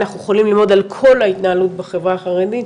אנחנו יכולים ללמוד על כל ההתנהלות בחברה החרדית,